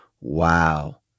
wow